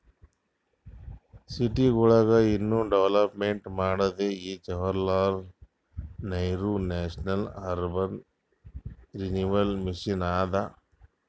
ಸಿಟಿಗೊಳಿಗ ಇನ್ನಾ ಡೆವಲಪ್ಮೆಂಟ್ ಮಾಡೋದೇ ಈ Jawaharlal Nehru National Urban Renewal Mission ಅದಾ